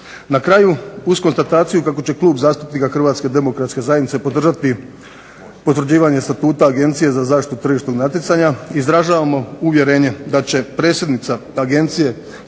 Na kraju uz konstataciju kako će Klub zastupnika Hrvatske demokratske zajednice podržati potvrđivanje Statuta agencije za zaštitu od tržišnog natjecanja, izražavamo uvjerenje da će predsjednica Agencije,